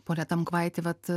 pone tamkvaiti vat